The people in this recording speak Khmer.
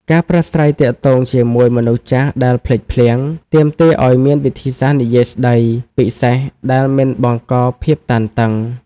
ការប្រាស្រ័យទាក់ទងជាមួយមនុស្សចាស់ដែលភ្លេចភ្លាំង ទាមទារឱ្យមានវិធីសាស្ត្រនិយាយស្តីពិសេសដែលមិនបង្កភាពតានតឹង។